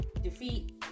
defeat